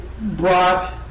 brought